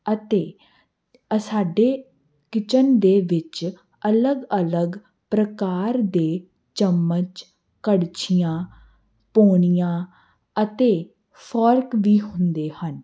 ਅਤੇ ਅ ਸਾਡੇ ਕਿਚਨ ਦੇ ਵਿੱਚ ਅਲੱਗ ਅਲੱਗ ਪ੍ਰਕਾਰ ਦੇ ਚਮਚ ਕੜਛੀਆਂ ਪੋਣੀਆਂ ਅਤੇ ਫੋਰਕ ਵੀ ਹੁੰਦੇ ਹਨ